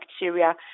bacteria